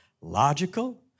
logical